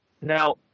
Now